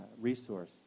resource